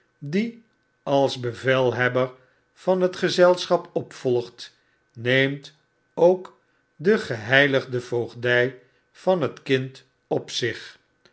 die als bevelhebber van het gezelschap opvolgt iieemt ook de geheiligde voogdij van het kind op zich